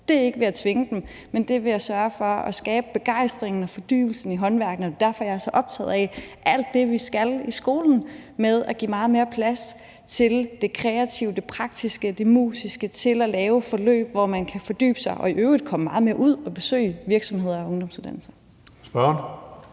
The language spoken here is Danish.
på, ikke er ved at tvinge dem, men at det er ved at sørge for at skabe begejstring for fordybelsen i håndværket. Det er derfor, at jeg er så optaget af alt det, vi skal gøre i skolen i forhold til at give meget mere plads til det kreative, det praktiske, det musiske og til at lave forløb, hvor man kan fordybe sig og i øvrigt komme meget mere ud at besøge virksomheder og ungdomsuddannelser. Kl.